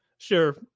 Sure